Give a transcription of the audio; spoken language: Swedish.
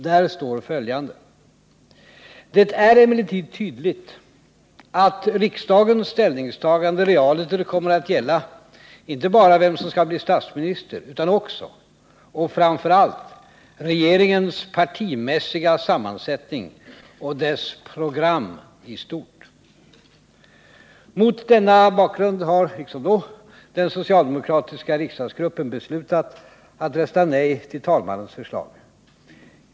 Där står följande: ”Det är emellertid tydligt att riksdagens ställningstagande realiter kommer att gälla inte bara vem som skall bli statsminister utan också —- och framför allt — regeringens partimässiga sammansättning och dess program i stort.” Mot denna bakgrund har, liksom då, den socialdemokratiska riksdagsgruppen beslutat att rösta nej till talmannens förslag.